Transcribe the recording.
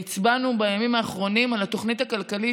הצבענו בימים האחרונים על התוכנית הכלכלית,